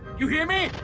you hear me?